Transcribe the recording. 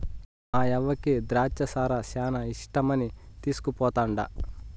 మాయవ్వకి ద్రాచ్చ సారా శానా ఇష్టమని తీస్కుపోతండా